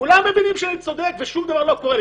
כולם מבינים שאני צודק ושום דבר לא קורה.